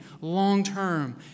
long-term